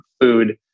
food